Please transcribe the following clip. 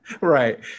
right